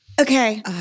Okay